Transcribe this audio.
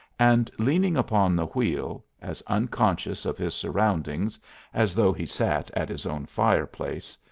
and leaning upon the wheel, as unconscious of his surroundings as though he sat at his own fireplace,